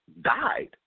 died